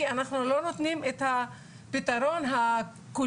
כי אנחנו לא נותנים את הפתרון הכולל,